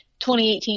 2018